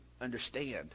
understand